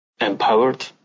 empowered